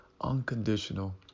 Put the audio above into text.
unconditional